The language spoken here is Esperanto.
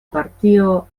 partio